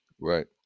Right